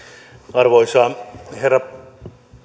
arvoisa herra